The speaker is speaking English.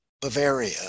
Bavaria